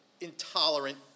intolerant